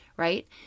Right